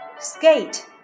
Skate